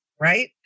right